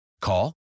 Call